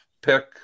pick